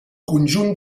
conjunt